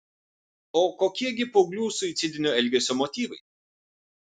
o kokie gi paauglių suicidinio elgesio motyvai